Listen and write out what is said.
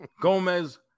Gomez